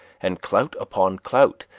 and clout upon clout,